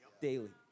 daily